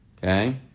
Okay